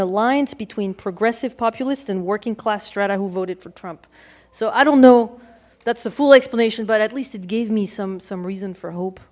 alliance between progressive populist and working class strata who voted for trump so i don't know that's the full explanation but at least it gave me some some reason for hope